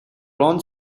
ron